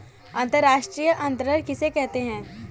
अंतर्राष्ट्रीय अंतरण किसे कहते हैं?